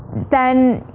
then.